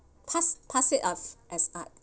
pass pass it off as art